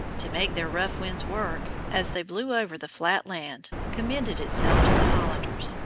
to make their rough winds work, as they blew over the flat land, commended itself to the hollanders,